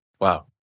Wow